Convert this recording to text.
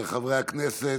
חברי הכנסת,